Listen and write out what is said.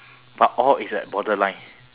but all is like borderline